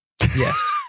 Yes